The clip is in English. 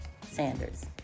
Sanders